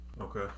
Okay